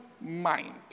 mind